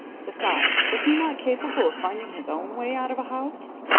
besides, was he not capable of finding his own way out of a house?